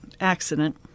accident